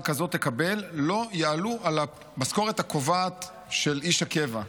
כזאת תקבל לא יעלו על המשכורת הקובעת של איש הקבע.